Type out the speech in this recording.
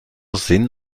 sinn